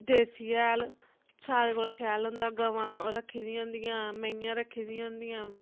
देसी हैल सारें कोला शैल होंदा गवां ओह् रक्खी दियां होंदियां मेहियां रक्खी दी होंदियां